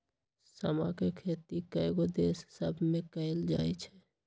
समा के खेती कयगो देश सभमें कएल जाइ छइ